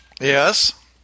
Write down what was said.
Yes